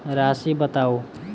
राशि बताउ